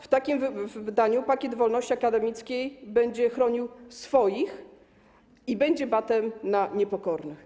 W takim wydaniu pakiet wolności akademickiej będzie chronił swoich i będzie batem na niepokornych.